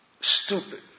stupid